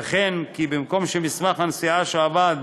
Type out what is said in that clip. וכן, כי במקום שמסמך הנסיעה שאבד